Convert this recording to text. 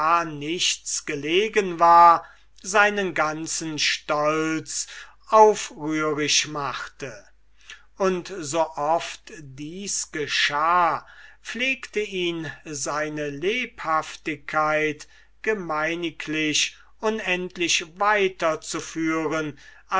nichts gelegen war seinen ganzen stolz aufrührisch machte und so oft dies geschah pflegte ihn seine lebhaftigkeit gemeiniglich unendlich